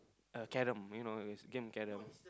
uh carem you know this game carem